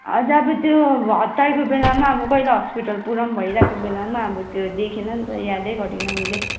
हजुर अब त्यो हतारको बेलामा अब कहिले हस्पिटल पुर्याउनु भइरहेको बेलामा अब त्यो देखिनँ नि त यादै गरिनँ मैले